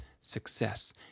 success